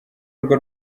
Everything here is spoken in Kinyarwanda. urwo